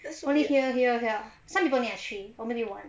just only here here here some people has three or maybe one